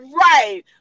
right